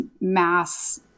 mass